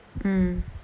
mm